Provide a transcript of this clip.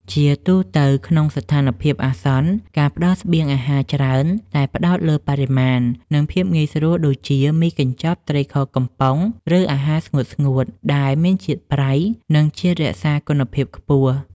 ជាទូទៅ ក្នុងស្ថានភាពអាសន្ន ការផ្តល់ស្បៀងអាហារច្រើនតែផ្តោតលើបរិមាណ និងភាពងាយស្រួលដូចជា មីកញ្ចប់ ត្រីខកំប៉ុង ឬអាហារស្ងួតៗ ដែលមានជាតិប្រៃ និងជាតិរក្សាគុណភាពខ្ពស់។